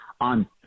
on